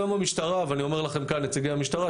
גם המשטרה ואני אומר לכם כאן נציגי המשטרה,